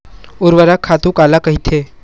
ऊर्वरक खातु काला कहिथे?